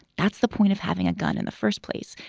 that's the point of having a gun in the first place.